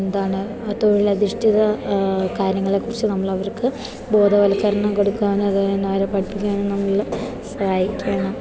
എന്താണ് തൊഴിലധിഷ്ഠിത കാര്യങ്ങളെക്കുറിച്ച് നമ്മളവർക്ക് ബോധവൽക്കരണം കൊടുക്കാനും അവരെ പഠിക്കാനും നമ്മൾ സഹായിക്കണം